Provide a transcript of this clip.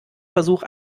versuch